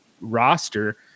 roster